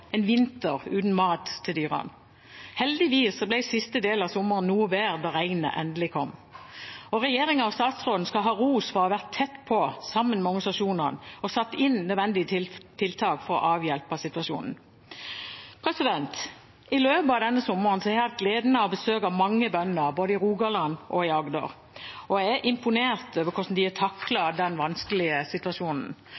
en vinter uten mat til dyrene. Heldigvis ble siste delen av sommeren noe bedre, da regnet endelig kom. Regjeringen og statsråden skal ha ros for å ha vært tett på sammen med organisasjonene og satt inn nødvendige tiltak for å avhjelpe situasjonen. I løpet av denne sommeren har jeg hatt gleden av å besøke mange bønder både i Rogaland og i Agder. Jeg er imponert over hvordan de